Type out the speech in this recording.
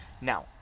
Now